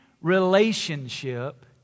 relationship